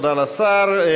תודה לשר.